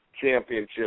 championship